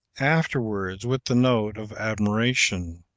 afterwards, with the note of admiration